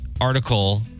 article